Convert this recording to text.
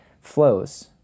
flows